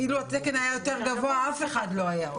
אילו התקן היה יותר גבוה, אף אחד לא היה הולך.